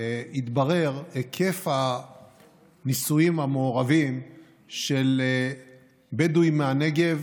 התברר היקף הנישואים המעורבים של בדואים מהנגב